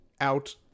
out